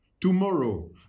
tomorrow